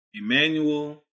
Emmanuel